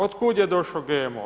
Od kud je došao GMO?